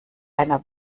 einer